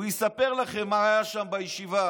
הוא יספר לכם מה היה שם בישיבה.